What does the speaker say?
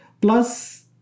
Plus